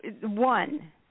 one